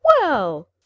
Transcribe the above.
Well